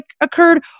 occurred